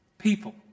People